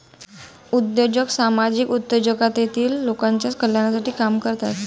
उद्योजक सामाजिक उद्योजक तेतील लोकांच्या कल्याणासाठी काम करतात